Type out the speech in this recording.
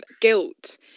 guilt